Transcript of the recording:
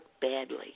badly